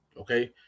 Okay